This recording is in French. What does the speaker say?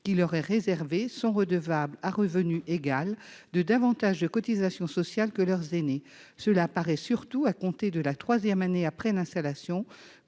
qui leur est réservée sont redevables, à revenu égal, de davantage de cotisations sociales que leurs aînés. Cela apparaît surtout à compter de la troisième année après l'installation,